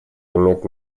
иметь